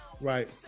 Right